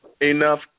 enough